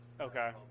okay